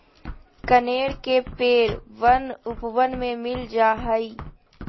कनेर के पेड़ वन उपवन में मिल जा हई